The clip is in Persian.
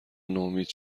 نومید